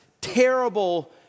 Terrible